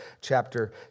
chapter